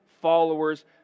followers